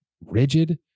rigid